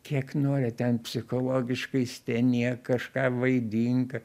kiek nori ten psichologiškai stenėk kažką vaidink